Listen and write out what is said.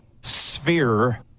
sphere